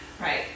Right